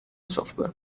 software